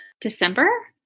December